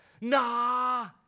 nah